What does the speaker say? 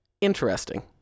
interesting